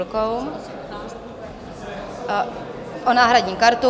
O náhradní kartu.